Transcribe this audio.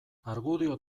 argudio